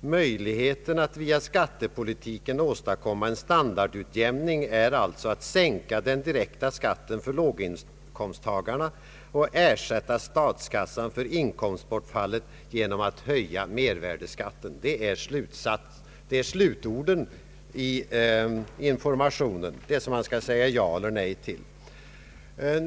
”Möjlig heten att via skattepolitiken åstadkomma en standardutjämning är alltså att sänka den direkta skatten för låginkomsttagarna och ersätta statskassan för inkomstbortfallet genom att höja mervärdeskatten.” Det är slutorden i den information som man skall säga ja eller nej till.